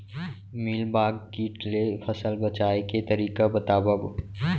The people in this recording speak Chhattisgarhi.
मिलीबाग किट ले फसल बचाए के तरीका बतावव?